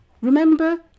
Remember